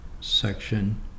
Section